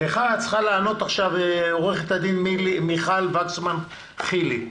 לך צריכה לענות עכשיו עורכת הדין מיכל וקסמן חילי.